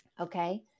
Okay